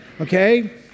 Okay